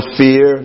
fear